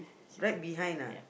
right behind lah